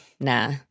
nah